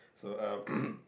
so uh